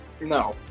No